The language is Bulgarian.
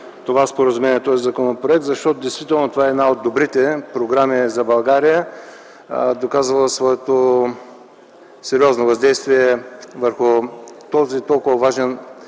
това споразумение, за този законопроект, защото действително това е една от добрите програми за България, доказала своето сериозно въздействие върху този толкова важен